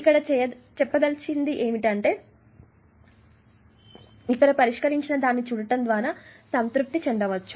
ఇక్కడ చెప్పదలచుకున్నది ఏమిటంటే ఇక్కడ పరిష్కరించిన దాన్ని చూడటం ద్వారా సంతృప్తి చెందవద్దు